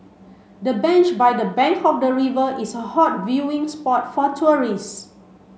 the bench by the bank the river is a hot viewing spot for tourist